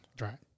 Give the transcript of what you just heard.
Right